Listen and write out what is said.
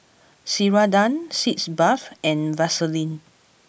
Ceradan Sitz Bath and Vaselin